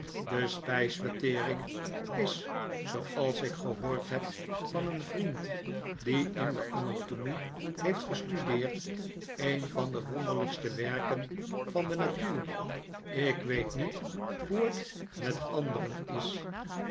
de spijsvertering is zooals ik gehoord heb van een vriend die in de anatomie heeft gestudeerd een van de wonderlijkste werken van de natuur ik weet niet hoe het met anderen is